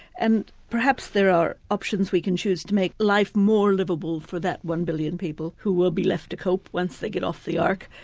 and perhaps there are options we can choose to make life more liveable for that one billion people who will be left to cope once they get off the ark.